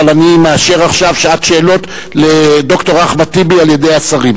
אבל אני מאשר עכשיו שעת שאלות לד"ר אחמד טיבי על-ידי השרים.